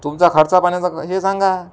तुमचा खर्चापाण्याचं ग हे सांगा